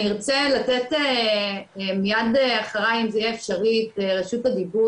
אני ארצה לתת מיד בהתחלה אם זה יהיה אפשרי את רשות הדיבור